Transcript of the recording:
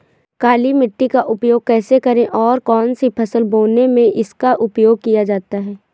काली मिट्टी का उपयोग कैसे करें और कौन सी फसल बोने में इसका उपयोग किया जाता है?